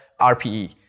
RPE